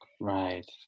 Right